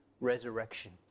resurrection